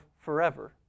forever